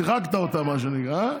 שיחקת אותה, מה שנקרא.